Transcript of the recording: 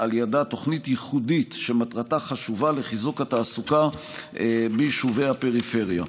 תוכנית ייחודית שמטרתה חשובה לחיזוק התעסוקה ביישובי הפריפריה.